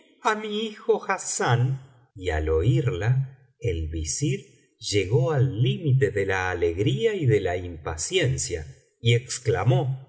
á mi hijo hassán y al oiría el visir llegó al límite do la alegría y de la impaciencia y exclamó